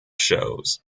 shows